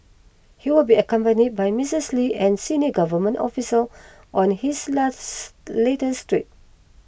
he will be accompanied by Misses Lee and senior government officials on his last latest trip